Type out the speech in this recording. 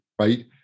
right